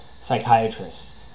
psychiatrists